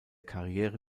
karriere